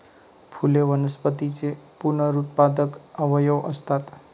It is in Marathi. फुले वनस्पतींचे पुनरुत्पादक अवयव असतात